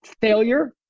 failure